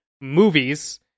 movies